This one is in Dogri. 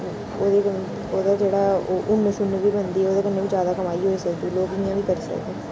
ओह्दी ओह्दा जेह्ड़ा ऊन शुन्न बी बनदी ओह्दे कन्नै बी ज्यादा कमाई होई सकदी लोक इयां बी करी सकदे